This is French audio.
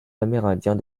amérindiens